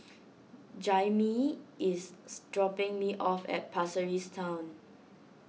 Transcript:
Jaimie is dropping me off at Pasir Ris Town